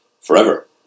forever